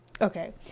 okay